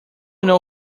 know